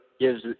gives